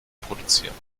produzieren